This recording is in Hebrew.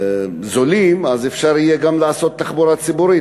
זולים אז אפשר יהיה גם לעשות תחבורה ציבורית,